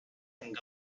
and